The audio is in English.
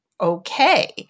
okay